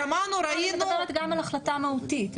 אני מדברת גם על החלטה מהותית.